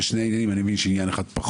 יש שני עניינים כאשר אני מבין שעניין אחד פחות